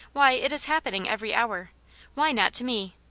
why, it is hap pening every hour why not to me?